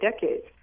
decades